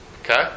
Okay